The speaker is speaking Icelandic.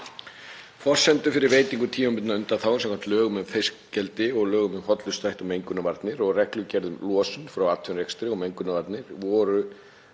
Forsendur fyrir veitingu tímabundinna undanþága samkvæmt lögum um fiskeldi og lögum um hollustuhætti og mengunarvarnir og reglugerð um losun frá atvinnurekstri og mengunarvarnir voru